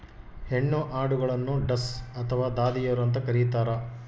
ಹೆಣ್ಣು ಆಡುಗಳನ್ನು ಡಸ್ ಅಥವಾ ದಾದಿಯರು ಅಂತ ಕರೀತಾರ